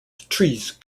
trees